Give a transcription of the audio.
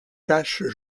taches